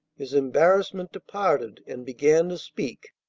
his embarrassment departed, and began to speak